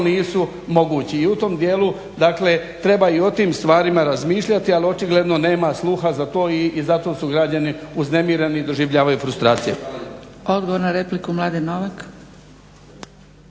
nisu mogući i u tom dijelu treba i o tim stvarima razmišljati ali očigledno nema sluha za to i zato su građani uznemireni, doživljavaju frustracije. **Zgrebec, Dragica